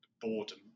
boredom